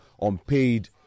unpaid